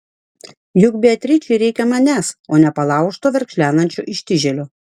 juk beatričei reikia manęs o ne palaužto verkšlenančio ištižėlio